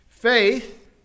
Faith